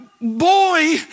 boy